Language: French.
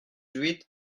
huit